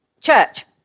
church